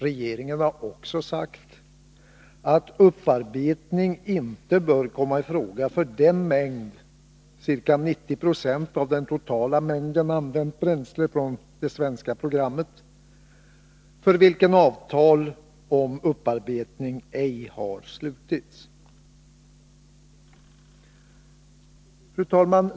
Regeringen har också sagt att upparbetning inte bör komma i fråga för den mängd — ca 90 26 av den totala mängden använt bränsle enligt det svenska programmet — för vilken avtal om upparbetning ej har slutits. Fru talman!